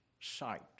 sight